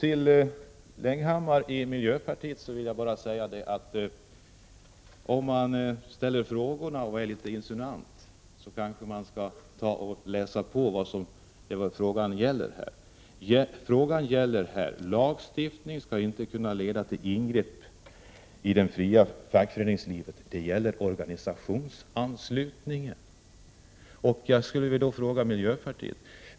Till Hans Leghammar i miljöpartiet vill jag säga så här: Innan man på ett insinuant sätt ställer frågor, bör man nog först läsa på för att få reda på vad saken gäller. Lagstiftning skall inte kunna leda till ingrepp i det fria fackföreningslivet, och det handlar i detta fall om anslutning av organisationer.